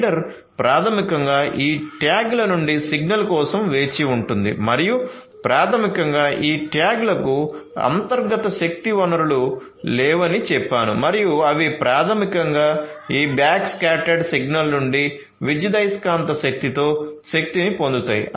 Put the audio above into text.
reader ప్రాథమికంగా ఈ ట్యాగ్ల నుండి సిగ్నల్ కోసం వేచి ఉంటుంది మరియు ప్రాథమికంగా ఈ ట్యాగ్లకు అంతర్గత శక్తి వనరులు లేవని చెప్పాను మరియు అవి ప్రాథమికంగా ఈ బ్యాక్స్కాటర్డ్ సిగ్నల్ నుండి విద్యుదయస్కాంత శక్తితో శక్తిని పొందుతాయి